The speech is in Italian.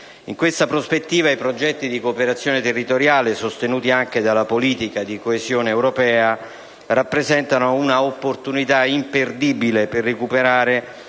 In questa prospettiva, i progetti di cooperazione territoriale, sostenuti anche dalla politica di coesione europea, rappresentano un'opportunità imperdibile per recuperare